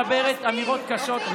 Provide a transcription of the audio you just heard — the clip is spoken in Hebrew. והיא מדברת אמירות קשות.